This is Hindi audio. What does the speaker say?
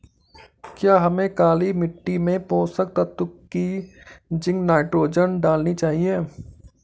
क्या हमें काली मिट्टी में पोषक तत्व की जिंक नाइट्रोजन डालनी चाहिए?